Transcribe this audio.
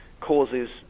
causes